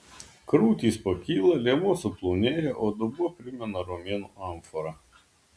krūtys pakyla liemuo suplonėja o dubuo primena romėnų amforą